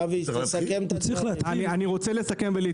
אבי תסכם את הדברים.